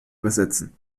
übersetzen